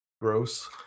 gross